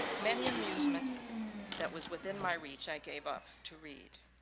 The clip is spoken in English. many amusement that was within my reach i gave up to read.